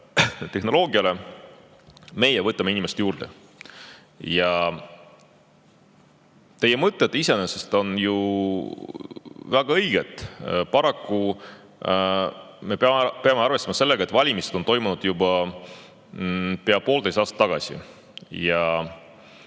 [arendamiseks], meie võtame inimesi juurde. Teie mõtted iseenesest on ju väga õiged. Paraku me peame arvestama sellega, et valimised on toimunud juba pea poolteist aastat tagasi ja